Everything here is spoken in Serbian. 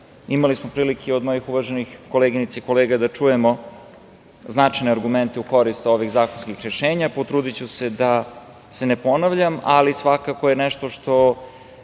Imali smo prilike od mojih uvaženih koleginica i kolega da čujemo značajne argumente u korist ovih zakonskih rešenja. Potrudiću se da se ne ponavljam, ali svakako je nešto